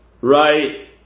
right